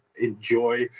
enjoy